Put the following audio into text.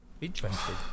interesting